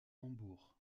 hambourg